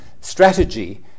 strategy